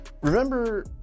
Remember